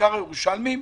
בעיקר הירושלמים,